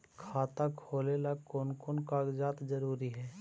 खाता खोलें ला कोन कोन कागजात जरूरी है?